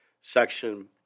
section